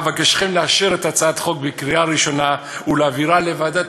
אבקשכם לאשר את הצעת החוק בקריאה ראשונה ולהעבירה לוועדת